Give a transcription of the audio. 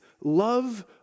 love